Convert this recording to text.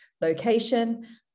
location